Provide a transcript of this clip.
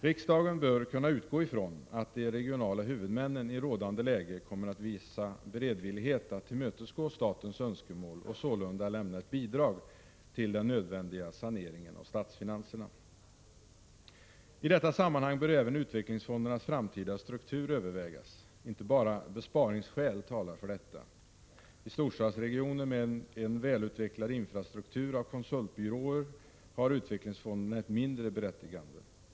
Riksdagen bör kunna utgå ifrån att de regionala huvudmännen i rådande läge kommer att visa bredvillighet att tillmötesgå statens önskemål och sålunda lämna ett bidrag till den nödvändiga saneringen av statsfinanserna. I detta sammanhang bör även utvecklingsfondernas framtida struktur övervägas. Inte bara besparingsskäl talar för detta. I storstadsregioner med en välutvecklad infrastruktur av konsultbyråer har utvecklingsfonderna ett mindre berättigande.